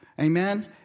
Amen